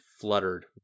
fluttered